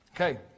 Okay